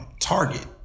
Target